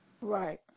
Right